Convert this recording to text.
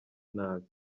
nabi